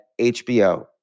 HBO